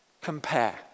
compare